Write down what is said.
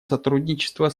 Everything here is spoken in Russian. сотрудничество